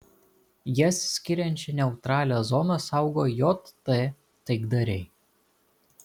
jas skiriančią neutralią zoną saugo jt taikdariai